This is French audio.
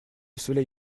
soleil